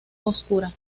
oscura